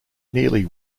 nearly